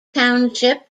township